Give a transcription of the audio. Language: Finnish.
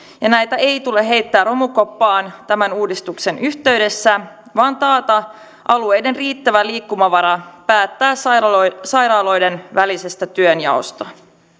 ja näitä ei tule heittää romukoppaan tämän uudistuksen yhteydessä vaan taata alueiden riittävä liikkumavara päättää sairaaloiden sairaaloiden välisestä työnjaosta